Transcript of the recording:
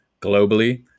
globally